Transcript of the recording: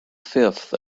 fifth